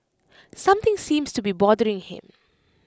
something seems to be bothering him